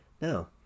No